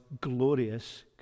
glorious